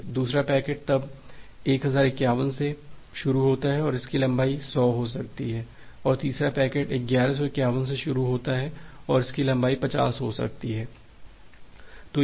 दूसरा पैकेट तब 1051 से शुरू होता है और इसकी लंबाई 100 हो सकती है और तीसरा पैकेट 1151 से शुरू होता है और इसकी लंबाई 50 हो सकती है